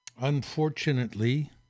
Unfortunately